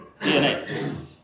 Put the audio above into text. DNA